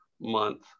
month